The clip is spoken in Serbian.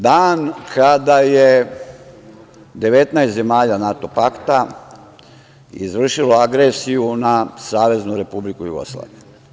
Danas je dan kada je 19 zemalja NATO pakta izvršilo agresiju na Saveznu Republiku Jugoslaviju.